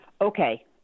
Okay